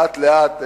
לאט לאט,